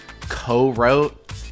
co-wrote